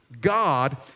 God